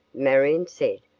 marion said,